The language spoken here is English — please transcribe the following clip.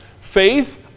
Faith